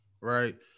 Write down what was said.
right